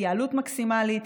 התייעלות מקסימלית,